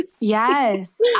Yes